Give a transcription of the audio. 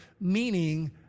meaning